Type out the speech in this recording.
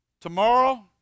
Tomorrow